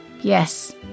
yes